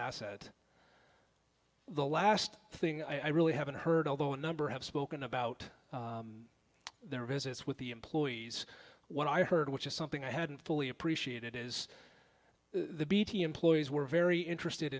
asset the last thing i really haven't heard although a number have spoken about their business with the employees what i heard which is something i hadn't fully appreciate it is the bt employees were very interested